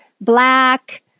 black